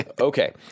Okay